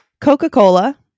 coca-cola